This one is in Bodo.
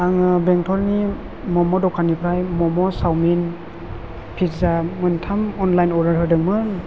आङो बेंटलनि मम' दखाननिफ्राय मम' सावमिन पिजा मोनथाम अनलाइन अर्दार होदोंमोन